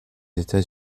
états